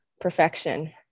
perfection